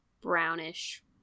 brownish